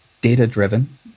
data-driven